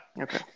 Okay